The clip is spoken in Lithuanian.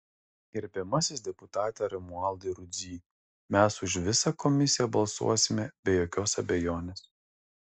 gerbiamasis deputate romualdai rudzy mes už visą komisiją balsuosime be jokios abejonės